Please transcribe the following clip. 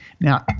now